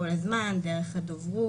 כל הזמן דרך הדוברות.